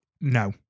No